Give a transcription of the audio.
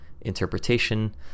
interpretation